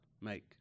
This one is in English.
make